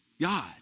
God